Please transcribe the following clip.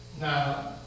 Now